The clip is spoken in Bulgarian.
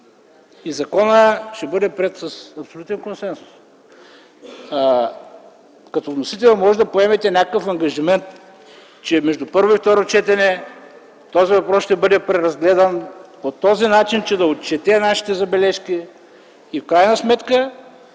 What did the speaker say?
и законът ще бъде приет с абсолютен консенсус! Като вносител можете да поемете някакъв ангажимент, че между първо и второ четене този въпрос ще бъде преразгледан по такъв начин, че да отчете нашите забележки и в крайна сметка